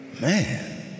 man